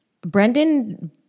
Brendan